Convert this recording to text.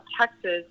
Texas